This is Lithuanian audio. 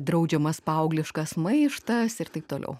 draudžiamas paaugliškas maištas ir taip toliau